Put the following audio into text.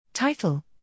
Title